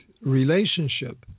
relationship